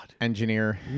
engineer